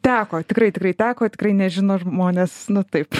teko tikrai tikrai teko tikrai nežino žmonės nu taip